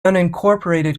unincorporated